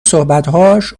صحبتهایش